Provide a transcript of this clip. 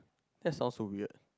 that sound so weird